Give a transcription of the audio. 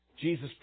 Jesus